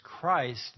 Christ